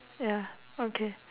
ya okay